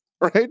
right